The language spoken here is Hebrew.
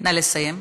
נא לסיים.